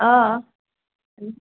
अ